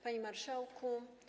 Panie Marszałku!